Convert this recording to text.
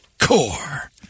core